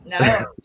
No